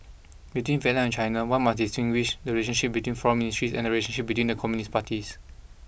between Vietnam and China one must distinguish the relationship between foreign ministries and the relationship between the Communist Parties